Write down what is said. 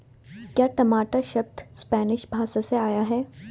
क्या टमाटर शब्द स्पैनिश भाषा से आया है?